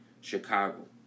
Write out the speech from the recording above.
Chicago